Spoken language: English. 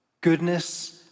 goodness